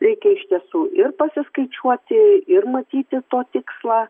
reikia iš tiesų ir pasiskaičiuoti ir matyti to tikslą